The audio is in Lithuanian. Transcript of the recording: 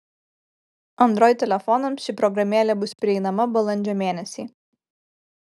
android telefonams ši programėlė bus prieinama balandžio mėnesį